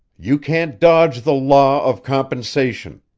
you can't dodge the law of compensation.